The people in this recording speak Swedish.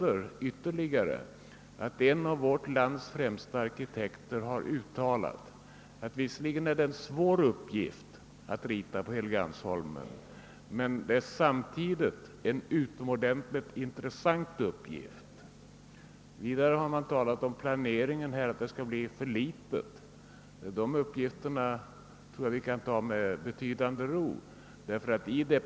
En av vårt lands främsta arkitekter har uttalat att visserligen är 'det en svår uppgift att rita på Helgeandsholmen, men det är samtidigt en utomordentligt intressant uppgift. Man har sagt att utrymmet på Helgeandsholmen skule vara för litet, men det talet anser jag att vi kan ta med betydande ro. I det.